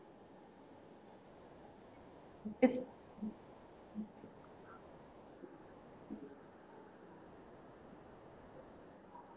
it's